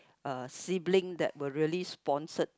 a sibling that will really sponsored